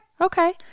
Okay